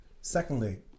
Secondly